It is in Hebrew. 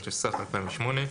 התשס"ה-2008,